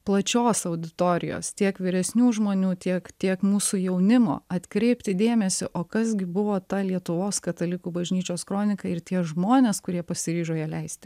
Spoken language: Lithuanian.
plačios auditorijos tiek vyresnių žmonių tiek tiek mūsų jaunimo atkreipti dėmesį o kas gi buvo ta lietuvos katalikų bažnyčios kronika ir tie žmonės kurie pasiryžo ją leisti